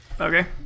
Okay